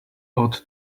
ought